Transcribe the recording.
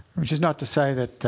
which is not to say that